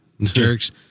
Jerks